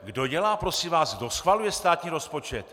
Kdo dělá, prosím vás, kdo schvaluje státní rozpočet?